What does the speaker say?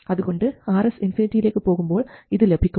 അതുകൊണ്ട് Rs ഇൻഫിനിറ്റിയിലേക്ക് പോകുമ്പോൾ ഇത് ലഭിക്കും